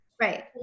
Right